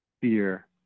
fear